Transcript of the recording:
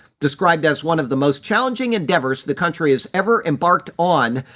described as one of the most challenging endeavors the country has ever embarked on,